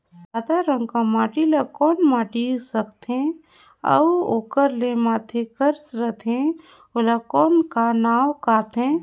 सादा रंग कर माटी ला कौन माटी सकथे अउ ओकर के माधे कर रथे ओला कौन का नाव काथे?